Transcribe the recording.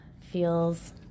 feels